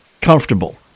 comfortable